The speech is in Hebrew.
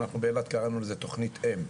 אנחנו באילת קראנו לזה תוכנית אם,